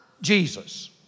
Jesus